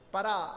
Para